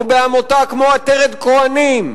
או בעמותה כמו "עטרת כוהנים",